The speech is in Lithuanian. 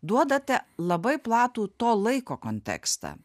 duodate labai platų to laiko kontekstą